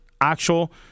actual